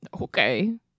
Okay